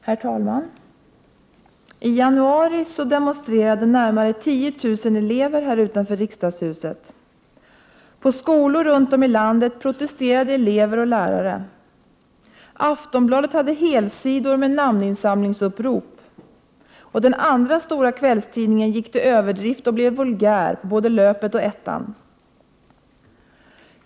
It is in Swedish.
Herr talman! I januari demonstrerade närmare 10 000 elever här utanför riksdagshuset. På skolor runt om i landet protesterade elever och lärare. Aftonbladet hade helsidor med namninsamlingsupprop. Den andra stora kvällstidningen gick till överdrift och blev vulgär på ”löpet” och ”ettan”.